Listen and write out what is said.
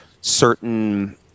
certain